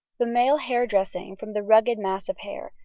the male hair dressing, from the rugged mass of hair,